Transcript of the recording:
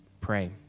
pray